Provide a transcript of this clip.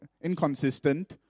inconsistent